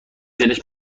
دلش